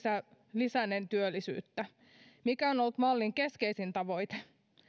lisänneen työllisyyttä mikä on ollut mallin keskeisin tavoite